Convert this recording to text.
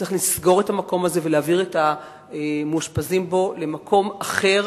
צריך לסגור את המקום הזה ולהעביר את המאושפזים בו למקום אחר.